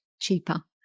cheaper